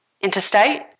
interstate